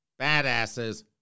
badasses